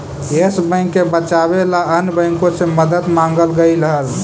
yes bank के बचावे ला अन्य बाँकों से मदद मांगल गईल हल